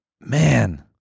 Man